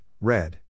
Red